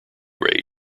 rate